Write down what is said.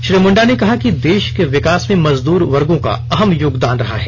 श्री मुंडा ने कहा कि देश के विकास में मजदूर वर्गों का अहम योगदान रहा है